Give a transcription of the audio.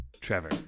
Trevor